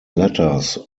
letters